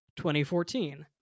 2014